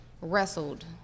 wrestled